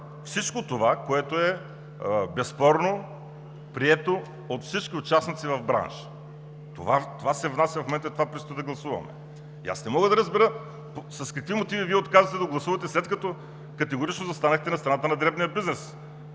всичко това, което е безспорно прието от всички участници в бранша. Това се внася в момента и това предстои да гласуваме. Не мога да разбера с какви мотиви Вие отказвате да гласувате, след като категорично застанахте на страната на дребния бизнес,